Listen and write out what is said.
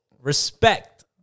respect